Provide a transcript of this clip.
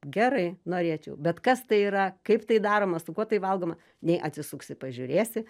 gerai norėčiau bet kas tai yra kaip tai daroma su kuo tai valgoma nei atsisuksi pažiūrėsi